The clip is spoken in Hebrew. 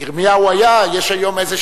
כי יש היום איזו